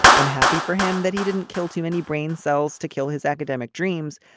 i'm happy for him that he didn't kill too many brain cells to kill his academic dreams,